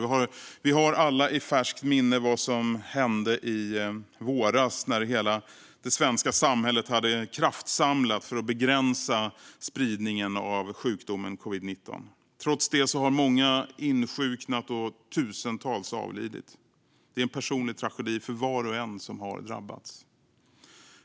Vi har alla i färskt minne vad som hände i våras när hela det svenska samhället hade kraftsamlat för att begränsa spridningen av sjukdomen covid-19. Trots det har många insjuknat och tusentals avlidit. Det är en personlig tragedi för var och en som har drabbats.